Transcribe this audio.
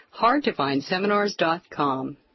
hardtofindseminars.com